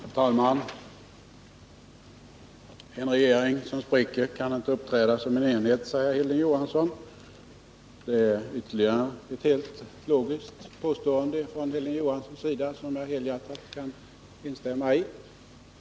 Herr talman! ”En regering som spricker kan väl inte uppträda som en enhet”, säger Hilding Johansson. Det är ytterligare ett helt logiskt påstående från Hilding Johanssons sida som jag helhjärtat kan instämma i.